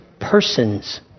persons